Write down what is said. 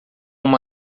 uma